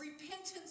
repentance